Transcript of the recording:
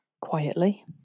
Quietly